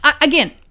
again